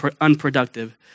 unproductive